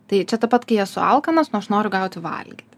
tai čia ta pat kai esu alkanas nu aš noriu gauti valgyti